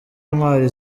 intwari